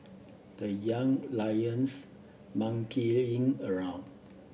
the Young Lions monkeying in around